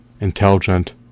intelligent